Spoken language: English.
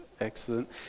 excellent